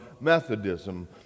Methodism